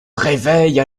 réveille